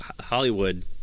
Hollywood